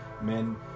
men